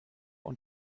und